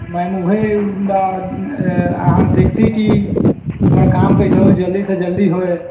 मेम ओहे अहाँ देखती कि हमर काम केनाहो जल्दीसँ जल्दी होए